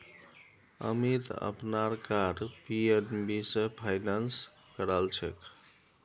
अमीत अपनार car PNB स finance करालछेक